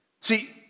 See